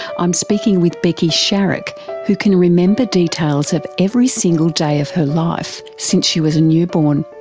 i'm speaking with becky sharrock who can remember details of every single day of her life since she was a newborn.